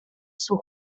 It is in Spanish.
sus